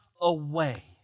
away